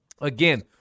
Again